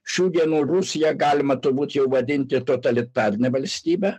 šių dienų rusiją galima turbūt jau vadinti totalitarine valstybe